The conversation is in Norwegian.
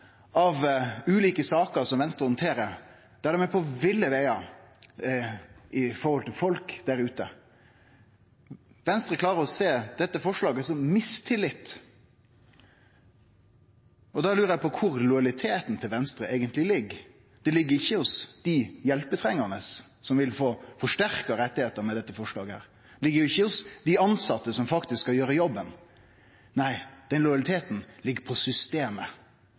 av ulike saker som Venstre handterer, der dei er på ville vegar overfor folk der ute. Venstre klarer å sjå dette forslaget som mistillit. Da lurer eg på kvar lojaliteten til Venstre eigentleg ligg. Lojaliteten ligg ikkje hos dei hjelpetrengande, som vil få forsterka rettar med dette forslaget. Han ligg ikkje hos dei tilsette, som faktisk skal gjere jobben. Nei, lojaliteten ligg hos systemet.